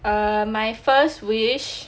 err my first wish